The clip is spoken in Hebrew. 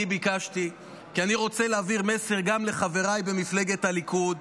אני ביקשתי כי אני רוצה להעביר מסר גם לחבריי במפלגת הליכוד,